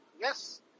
yes